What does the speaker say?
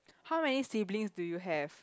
how many siblings do you have